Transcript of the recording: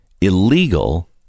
illegal